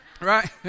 Right